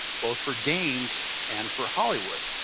both for games and for hollywood.